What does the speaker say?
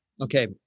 Okay